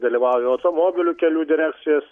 dalyvauja automobilių kelių direkcijos